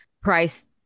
price